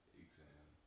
exam